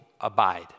abide